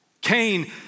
Cain